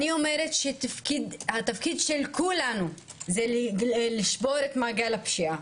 אני אומרת שהתפקיד של כולנו זה לשבור את מעגל הפשיעה